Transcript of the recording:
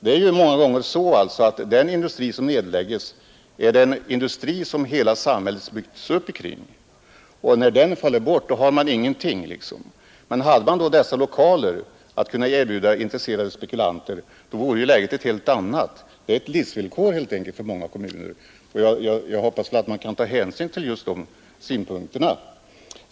Det är många gånger så, att hela samhället byggts upp omkring den industri som nedläggs, och när den faller bort har man ingenting. Hade man då lokalerna att erbjuda intresserade spekulanter, vore läget ett helt annat. Det är helt enkelt ett livsvillkor för många kommuner. Jag hoppas att man beaktar just den synpunkten.